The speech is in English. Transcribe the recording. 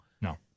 no